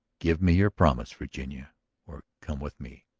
give me your promise, virginia or come with me!